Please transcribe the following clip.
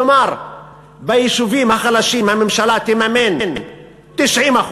כלומר, ביישובים החלשים הממשלה תממן 90%